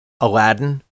Aladdin